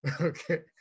Okay